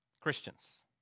Christians